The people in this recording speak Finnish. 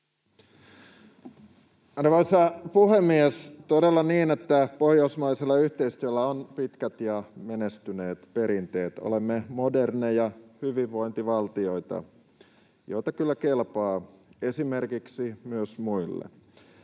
Arvoisa puhemies! On todella niin, että pohjoismaisella yhteistyöllä on pitkät ja menestyneet perinteet. Olemme moderneja hyvinvointivaltioita, jotka kyllä kelpaavat esimerkiksi myös muille.